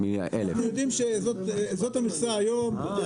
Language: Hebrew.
אנחנו יודעים שזאת המכסה היום.